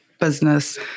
business